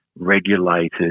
regulated